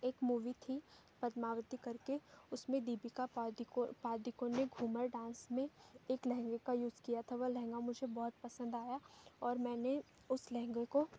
एक मूवी थी पद्मावती करके उसमें दीपिका पादूको पादूकोन ने घूमर डांस में एक लहंगे का यूज़ किया था वह लहंगा मुझे बहुत पसंद आया और मैंने उस लहंगे को